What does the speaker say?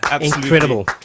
incredible